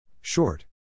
Short